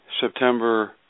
September